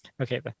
okay